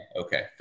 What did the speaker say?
okay